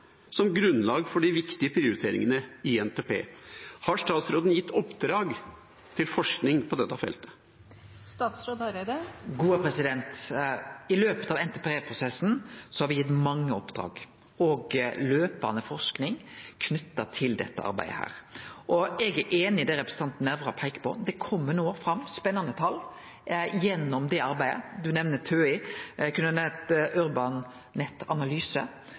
som grunnlag for de viktige prioriteringene i NTP? Har statsråden gitt oppdrag til forskning på dette feltet? I løpet av NTP-prosessen har me gitt mange oppdrag, og det er løpande forsking knytt til dette arbeidet. Eg er einig i det representanten Nævra peiker på, det kjem no fram spennande tal gjennom det arbeidet. Han nemnde TØI; eg kunne